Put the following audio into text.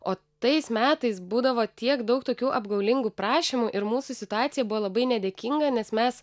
o tais metais būdavo tiek daug tokių apgaulingų prašymų ir mūsų situacija buvo labai nedėkinga nes mes